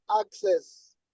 access